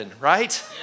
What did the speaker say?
right